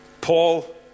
Paul